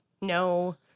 No